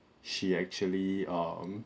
she actually um